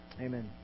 Amen